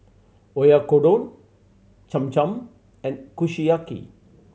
Oyakodon Cham Cham and Kushiyaki